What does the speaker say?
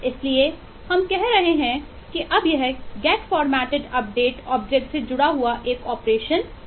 इसलिए हम कह रहे हैं कि अब यह गेट फॉर्मेटेड अपडेट से जुड़ा हुआ एक ऑपरेशनबन जाता है